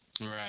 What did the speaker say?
right